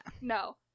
No